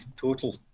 Total